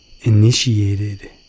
initiated